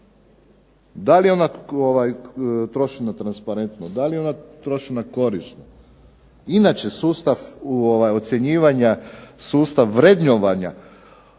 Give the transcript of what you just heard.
Da li je ona trošena transparentno, da li je trošena korisno, inače sustav ocjenjivanja, sustav vrednovanja